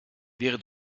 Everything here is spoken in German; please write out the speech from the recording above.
wäre